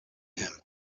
him